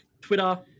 Twitter